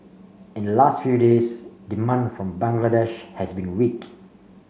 in the last few days demand from Bangladesh has been weak